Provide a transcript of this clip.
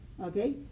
okay